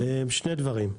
שני דברים: